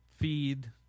feed